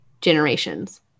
generations